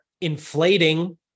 inflating